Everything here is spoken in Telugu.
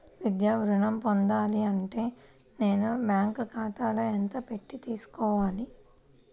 విద్యా ఋణం పొందాలి అంటే నేను బ్యాంకు ఖాతాలో ఎంత పెట్టి తీసుకోవాలి?